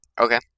Okay